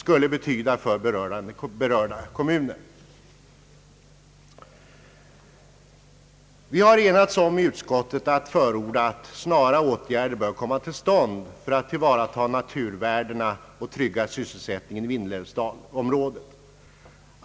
Vi har i utskottet enats om att förorda att snara åtgärder bör komma till stånd för att tillvarata naturvärdena och trygga sysselsättningen i vindelälvsområdet.